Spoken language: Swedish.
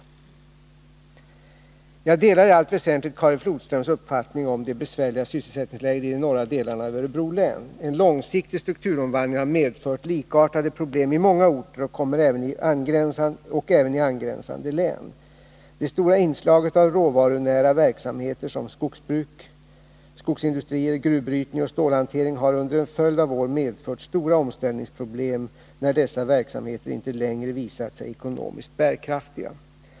Jag delar i allt väsentligt Karin Flodströms uppfattning om det besvärliga sysselsättningsläget i de norra delarna av Örebro län. En långsiktig strukturomvandling har medfört likartade problem i många orter och kommuner även i angränsande län. Det stora inslaget av råvarunära verksamheter som skogsbruk, skogsindustrier, gruvbrytning och stålhantering har under en följd av år medfört stora omställningsproblem, när dessa verksamheter inte längre visat sig ekonomiskt bärkraftiga.